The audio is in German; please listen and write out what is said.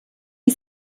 die